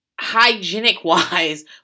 hygienic-wise